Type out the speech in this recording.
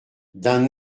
d’un